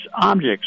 objects